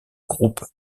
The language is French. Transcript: groupe